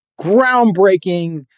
groundbreaking